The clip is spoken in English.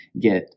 get